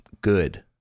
good